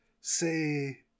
say